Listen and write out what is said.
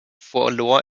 verlor